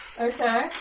Okay